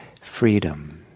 freedom